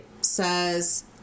says